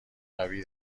قوی